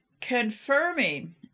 confirming